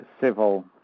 civil